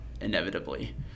inevitably